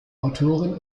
autorin